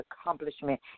accomplishment